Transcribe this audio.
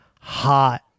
hot